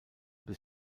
bis